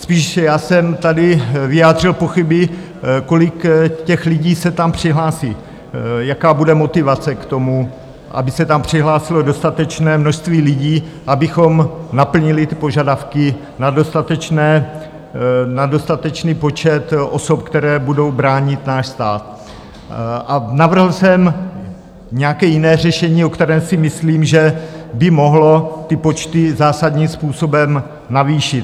Spíše jsem tady vyjádřil pochyby, kolik těch lidí se tam přihlásí, jaká bude motivace k tomu, aby se tam přihlásilo dostatečné množství lidí, abychom naplnili požadavky na dostatečný počet osob, které budou bránit náš stát, a navrhl jsem nějaké jiné řešení, o kterém si myslím, že by mohlo ty počty zásadním způsobem navýšit.